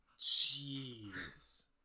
Jeez